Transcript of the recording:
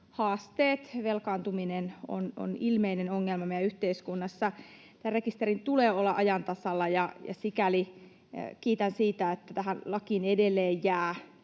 haasteet ja velkaantuminen on ilmeinen ongelma meidän yhteiskunnassa. Tämän rekisterin tulee olla ajan tasalla, ja sikäli kiitän siitä, että lakiin edelleen jää